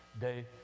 day